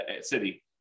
city